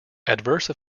adverse